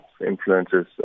influences